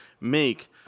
Make